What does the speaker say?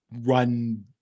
run